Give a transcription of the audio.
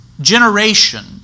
generation